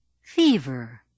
fever